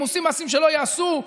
עושים מעשים שלא ייעשו,